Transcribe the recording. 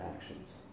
actions